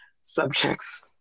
subjects